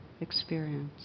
experience